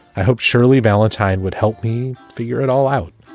i hope shirley valentine would help me figure it all out